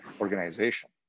organization